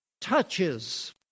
touches